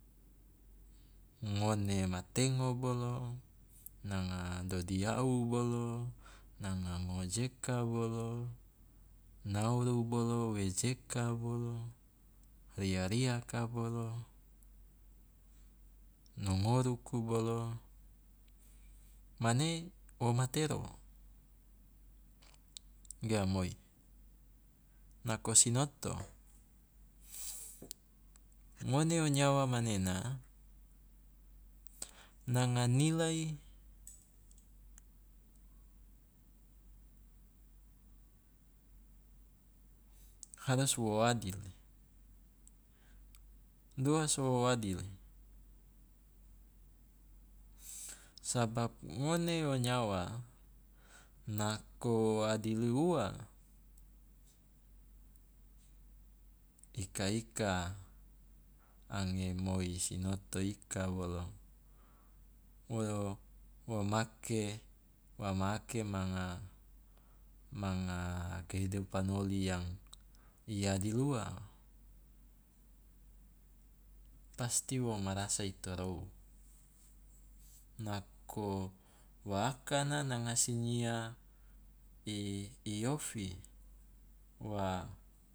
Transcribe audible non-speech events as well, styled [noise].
Ngone matengo bolo, nanga dodiawu bolo, nanga ngojeka bolo, nauru bolo, wejeka bolo, ria- riaka bolo, nongoruku bolo mane wo matero, ge a moi. Nako sinoto, ngone o nyawa manena nanga nilai harus wo adil, doa so wo adil? Sabab ngone o nyawa nako adil ua ika- ika ange moi sinoto ika bolo [hesitation] wo make wa ma ake manga manga kehidupan oli yang i adil ua pasti wo marasa i torou, nako wa akana nanga sinyia [hesitation] i ofi wa